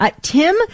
Tim